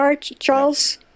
Charles